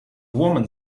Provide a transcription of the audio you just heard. woman